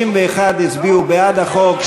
61 הצביעו בעד החוק,